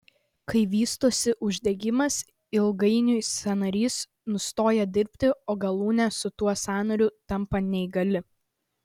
kai vystosi uždegimas ilgainiui sąnarys nustoja dirbti o galūnė su tuo sąnariu tampa neįgali